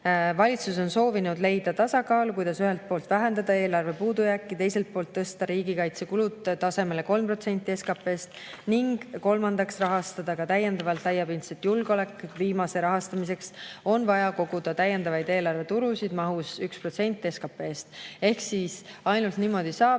Valitsus on soovinud leida tasakaalu, kuidas ühelt poolt vähendada eelarve puudujääki, teiselt poolt tõsta riigikaitsekulud tasemele 3% SKP-st ning kolmandaks rahastada täiendavalt laiapindset julgeolekut. Viimase rahastamiseks on vaja koguda täiendavat eelarvetulu mahus 1% SKP-st. Ehk siis saab ainult niimoodi,